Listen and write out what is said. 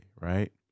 right